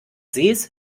sees